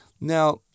Now